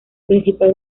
principal